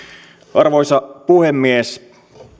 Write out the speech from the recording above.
arvoisa puhemies